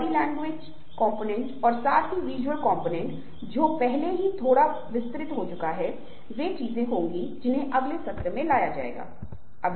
और अगले सत्र में हम सुनने पर ध्यान केंद्रित करेंगे क्योंकि यह संचार के लिए सबसे बुनियादी चीजों में से 21एक है